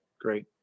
great